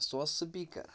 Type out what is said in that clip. سُہ اوس سُپیٖکَر